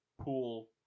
pool